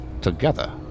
together